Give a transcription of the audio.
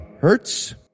Hurts